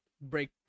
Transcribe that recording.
break